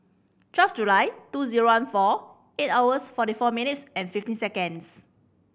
twelve July two zero one four eight hours forty four minutes and fifteen seconds